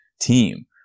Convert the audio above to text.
team